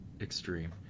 extreme